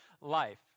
life